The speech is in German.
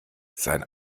sein